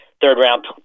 third-round